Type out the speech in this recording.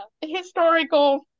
historical